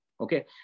Okay